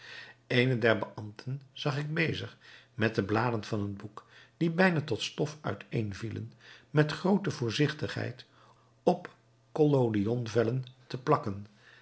der beambten zag ik bezig met de bladen van een boek die bijna tot stof uiteen vielen met groote voorzichtigheid op collodionvellen te plakken